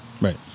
Right